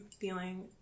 feeling